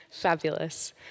fabulous